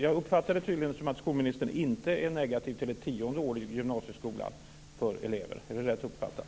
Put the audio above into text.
Jag uppfattade det som att skolministern tydligen inte är negativ till ett tionde år i grundskolan för eleverna. Är det rätt uppfattat?